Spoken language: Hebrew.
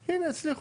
הנה, הצליחו.